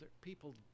people